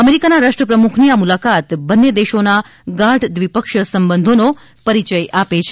અમેરિકાના રાષ્ટ્રપ્રમુખની આ મુલાકાત બંન્ને દેશોના ગાઢ દ્વિપક્ષીય સંબધોનો પરીચય આપે છે